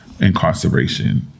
incarceration